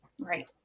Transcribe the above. Right